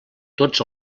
tots